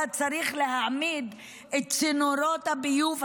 היה צריך להעמיד את צינורות הביוב,